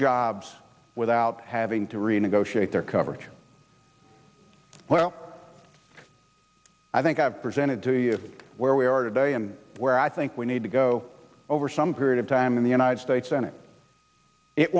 jobs without having to renegotiate their coverage well i think i've presented to you where we are today and where i think we need to go over some period of time in the united states senate it